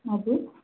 हजुर